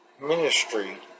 ministry